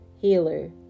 healer